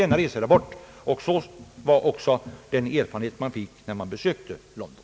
Detta var också den erfarenhet man fick när man besökte London.